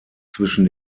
zwischen